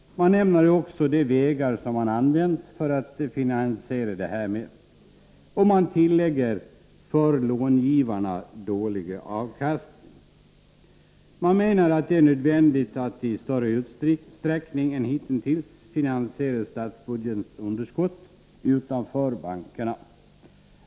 Man nämner också de vägar som använts för att finansiera detta. Man tillägger att dessa vägar lämnat för långivarna dålig avkastning. Man menar att det är nödvändigt att i större utsträckning än hittills finansiera statsbudgetens underskott utanför bankerna.